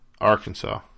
Arkansas